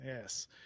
Yes